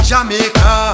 Jamaica